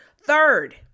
third